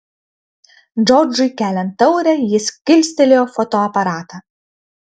džordžui keliant taurę jis kilstelėjo fotoaparatą